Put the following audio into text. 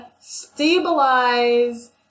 stabilize